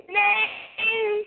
name